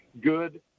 good